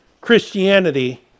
Christianity